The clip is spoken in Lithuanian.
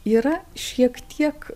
yra šiek tiek